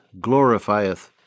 glorifieth